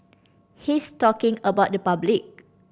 he's talking about the public